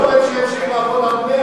שימשיך לעבוד עד 100,